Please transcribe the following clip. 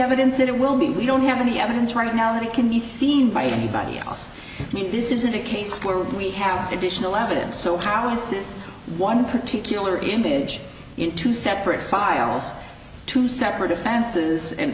evidence that it will be we don't have any evidence right now that it can be seen by anybody else i mean this isn't a case where we have additional evidence so how is this one particular image in two separate files two separate offenses and